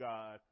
God